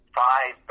five